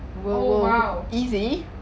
oh !wow!